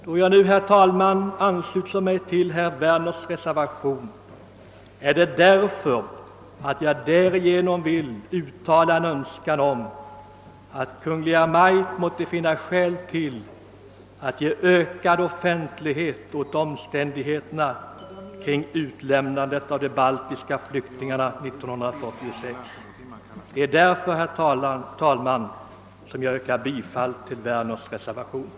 Då jag nu, herr talman, ansluter mig till herr Werners reservation är det därför att jag vill uttala en önskan om att Kungl. Maj:t måtte finna skäl till att ge ökad offentlighet åt omständigheterna i samband med utlämnandet av de baltiska flyktingarna 1946.